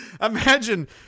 Imagine